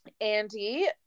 Andy